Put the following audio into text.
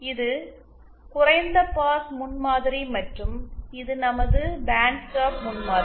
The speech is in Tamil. இது குறைந்த பாஸ் முன்மாதிரி மற்றும் இது நமது பேண்ட்ஸ்டாப் முன்மாதிரி